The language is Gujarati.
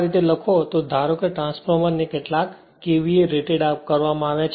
આ રીતે જો લખો તો ધારો કે ટ્રાન્સફોર્મરને કેટલાક KVA રેટેડ કરવામાં આવ્યા છે